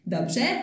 Dobrze